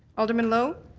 alderman lowe?